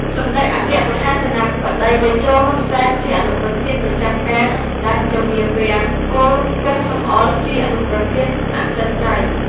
សម្តេចអគ្គមហាសេនាបតីតេជោ ហ៊ុន សែន ជាអនុប្រធានប្រចាំការ និងសម្ដេចចៅហ្វាវាំង គង់ សំអុល ជាអនុប្រធានអចិន្ត្រៃយ៍។